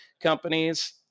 companies